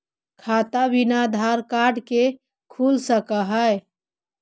खाता बिना आधार कार्ड के खुल सक है?